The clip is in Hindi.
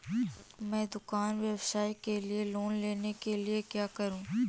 मैं दुकान व्यवसाय के लिए लोंन लेने के लिए क्या करूं?